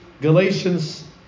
Galatians